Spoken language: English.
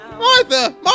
Martha